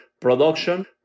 production